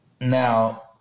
now